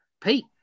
Pete